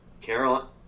Carol